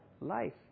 life